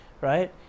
right